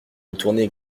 retourner